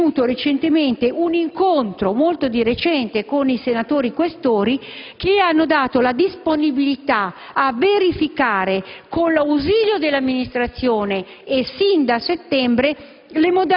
si è tenuto molto recentemente un incontro con i senatori Questori, che hanno dato la disponibilità a verificare - con l'ausilio dell'amministrazione e sin da settembre